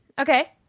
Okay